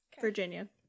Virginia